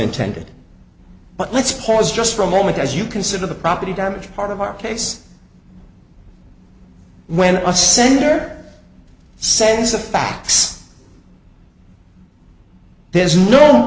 unintended but let's pause just for a moment as you consider the property damage part of our case when a sender sends a fax there's no